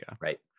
Right